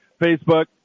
Facebook